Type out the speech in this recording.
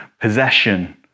possession